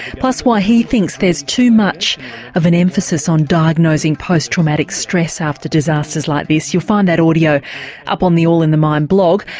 plus why he thinks there's too much of an emphasis on diagnosing post-traumatic stress after disasters like this. you'll find that audio up on the all in the mind blog.